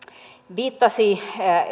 viittasi